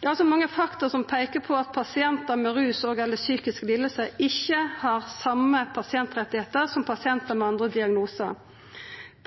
Det er òg mange faktorar som peiker på at pasientar med ruslidingar og/eller psykiske lidingar ikkje har dei same pasientrettane som pasientar med andre diagnosar.